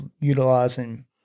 utilizing